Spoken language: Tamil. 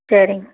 சேரிங்க